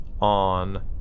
on